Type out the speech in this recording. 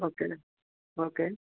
okay okay